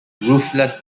ruthless